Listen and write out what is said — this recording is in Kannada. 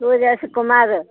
ಸೂರ್ಯಾಸ್ ಕುಮಾರ್